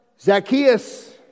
Zacchaeus